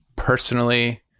personally